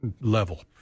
level